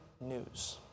news